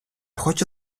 хочу